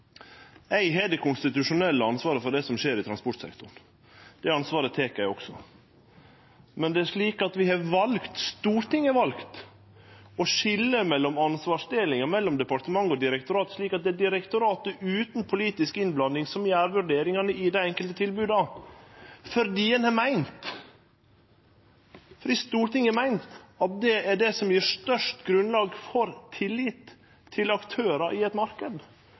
Eg har det konstitusjonelle ansvaret for det som skjer i transportsektoren. Det ansvaret tek eg også. Men vi har valt – Stortinget har valt – å skilje mellom ansvarsdelinga mellom departement og direktorat, slik at det er direktoratet, utan politisk innblanding, som gjer vurderingane i dei enkelte tilboda, fordi ein har meint – Stortinget har meint – at det er det som gjev størst grunnlag for tillit til aktørar i